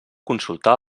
consultar